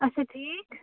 ٹھیٖک